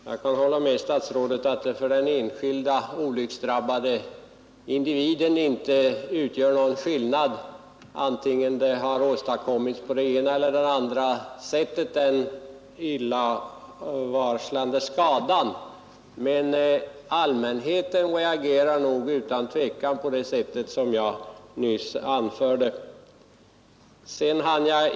Herr talman! Jag håller med statsrådet om att det för den enskilde olycksdrabbade individen inte är någon skillnad om skadan har åstadkommits på det ena eller andra sättet, men allmänheten reagerar utan tvivel så som jag nyss anförde.